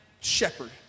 shepherd